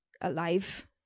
alive